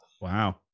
Wow